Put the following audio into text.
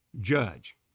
judge